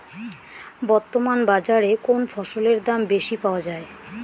বর্তমান বাজারে কোন ফসলের দাম বেশি পাওয়া য়ায়?